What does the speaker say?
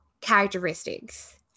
characteristics